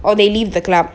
or they leave the club